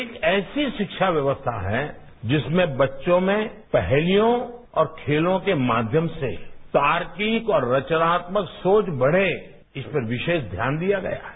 एक ऐसी शिक्षा व्यवस्था है जिसमें बच्चों में पहलियों और खेलों के माध्यम से तार्किक और रचनात्मक सोच बढ़े इस पर विशेष ध्यान दिया गया है